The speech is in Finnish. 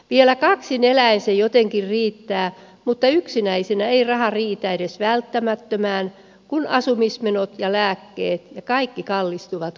vielä kaksin eläen se jotenkin riittää mutta yksinäisenä ei raha riitä edes välttämättömään kun asumismenot ja lääkkeet ja kaikki kallistuvat koko ajan